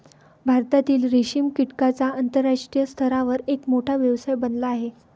भारतातील रेशीम कीटकांचा आंतरराष्ट्रीय स्तरावर एक मोठा व्यवसाय बनला आहे